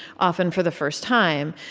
often for the first time.